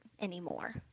anymore